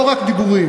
לא רק דיבורים?